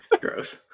gross